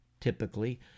typically